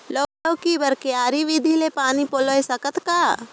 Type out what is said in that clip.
लौकी बर क्यारी विधि ले पानी पलोय सकत का?